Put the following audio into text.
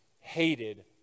hated